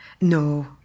No